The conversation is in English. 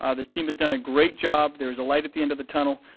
ah the team has done a great job. there is a late at the end of the tunnel.